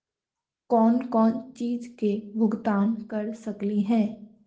कौन कौन चिज के भुगतान कर सकली हे?